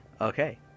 Okay